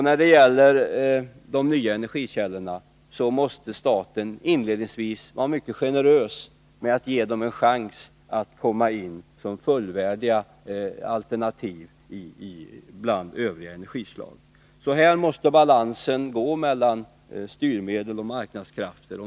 När det gäller de nya energikällorna måste staten inledningsvis vara mycket generös med att ge dem en chans att komma in som fullvärdiga alternativ bland övriga energislag. Så här måste balansen vara mellan styrmedel och marknadskrafter.